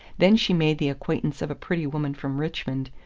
then she made the acquaintance of a pretty woman from richmond,